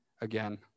again